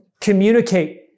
communicate